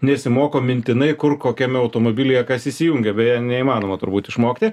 nesimoko mintinai kur kokiame automobilyje kas įsijungia beje neįmanoma turbūt išmokti